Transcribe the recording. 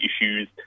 issues